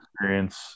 experience